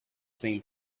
same